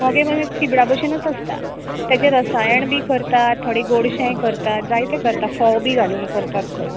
मोगे म्हणजे चिबडा भशेनूच आसता तेजें रसायण बी करतात थोडे गोड शें करतात जाय तें करतात फोव बीन घालून करतात पय